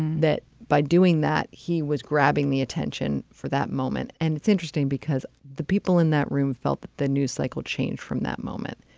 that by doing that, he was grabbing the attention for that moment. and it's interesting because the people in that room felt that the news cycle changed from that moment.